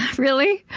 really?